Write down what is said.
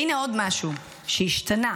והינה עוד משהו שהשתנה